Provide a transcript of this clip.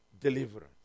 Deliverance